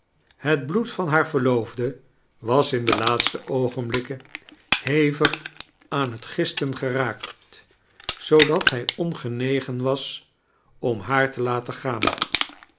het bloed van haar verloofde was in de laatste oogenblikken hevig aan het gisten geraakt zoodat hij ongenegen was om haar te laten gaan